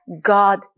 God